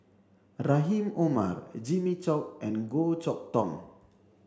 Rahim Omar Jimmy Chok and Goh Chok Tong